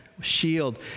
shield